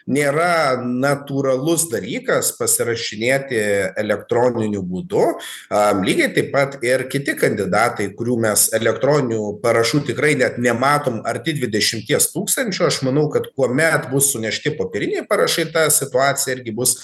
nėra natūralus dalykas pasirašinėti elektroniniu būdu a lygiai taip pat ir kiti kandidatai kurių mes elektroninių parašų tikrai net nematom arti dvidešimties tūkstančių aš manau kad kuomet bus sunešti popieriniai parašai ta situacija irgi bus